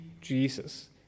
jesus